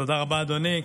תודה רבה, אדוני.